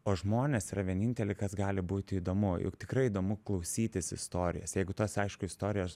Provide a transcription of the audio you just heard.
o žmonės yra vieninteliai kas gali būti įdomu juk tikrai įdomu klausytis istorijas jeigu tas aišku istorijos